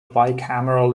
bicameral